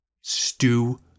Stew